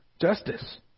justice